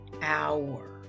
hour